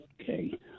okay